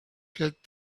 get